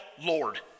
Lord